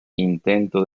intentos